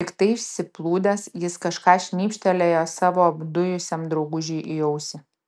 piktai išsiplūdęs jis kažką šnypštelėjo savo apdujusiam draugužiui į ausį